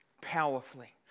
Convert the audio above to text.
powerfully